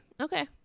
Okay